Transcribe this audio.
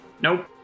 Nope